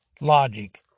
logic